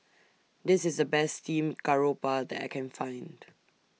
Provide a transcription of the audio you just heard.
This IS The Best Steamed Garoupa that I Can Find